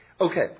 Okay